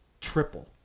triple